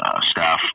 staff